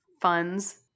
funds